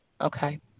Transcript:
Okay